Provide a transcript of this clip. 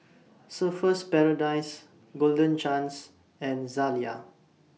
Surfer's Paradise Golden Chance and Zalia